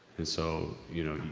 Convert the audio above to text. and so, you know,